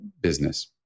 business